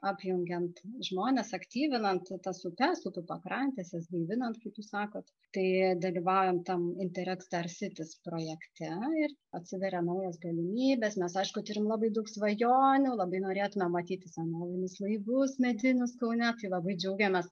apjungiant žmones aktyvinant tas upes upių pakrantes jas gaivinant kaip jūs sakot tai dalyvaujant tam inter ars sitis projekte ir atsiveria naujos galimybės mes aišku turim labai daug svajonių labai norėtumėm matyti senovinius laivus medinius kaune tai labai džiaugiamės